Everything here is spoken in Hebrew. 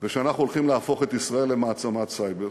ואנחנו הולכים להפוך את ישראל למעצמת סייבר,